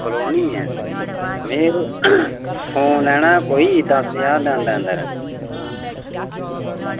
colony ऐ में यरो फोन लैना हा कोई दस्स ज्हार दे अंदर अंदर